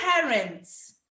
parents